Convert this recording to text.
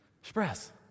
Express